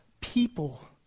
people